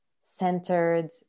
centered